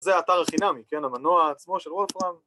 זה האתר החינמי, כן, המנוע עצמו של רוטראם